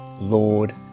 Lord